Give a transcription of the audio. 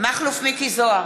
מכלוף מיקי זוהר,